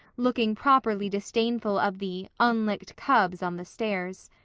looking properly disdainful of the unlicked cubs on the stairs.